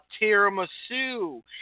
tiramisu